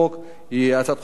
זו הצעת חוק מורכבת,